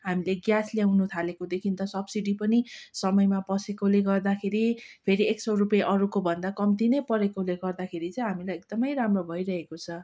हामीले ग्यास ल्याउनु थालेकोदेखि त सब्सिडी पनि समयमा पसेकोले गर्दाखेरि फेरि एक सय रूपियाँ अरूको भन्दा कम्ती नै परेकोले गर्दाखेरि चाहिँ हामीलाई एकदमै राम्रो भइरहेको छ